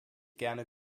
gerne